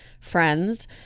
friends